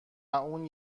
اون